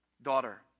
Daughter